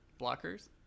Blockers